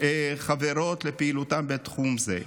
חברות לפעילותן בתחום זה.